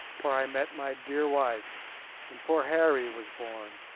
where i met my dear wife and poor harry was born,